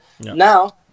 Now